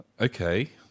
Okay